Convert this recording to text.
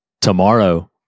tomorrow